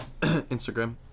Instagram